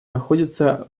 находится